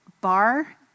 bar